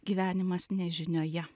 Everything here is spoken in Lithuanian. gyvenimas nežinioje